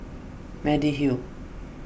Mediheal